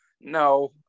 No